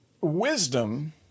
wisdom